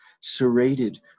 serrated